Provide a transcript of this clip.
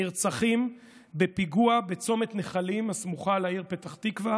נרצחים בפיגוע בצומת נחלים הסמוכה לעיר פתח תקווה